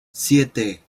siete